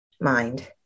mind